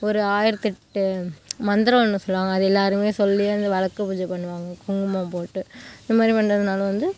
ஒரு ஆயிரத்தெட்டு மந்திரம் ஒன்று சொல்லுவாங்க அது எல்லாருமே சொல்லி அந்த விளக்கு பூஜை பண்ணுவாங்க குங்குமம் போட்டு இதுமாதிரி பண்ணுறதுனால வந்து